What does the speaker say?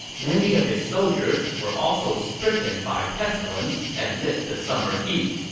many of his soldiers were also stricken by pestilence amid the summer heat.